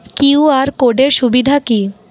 QR code এর সুবিধা কি?